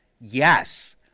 yes